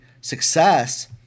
Success